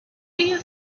you